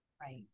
right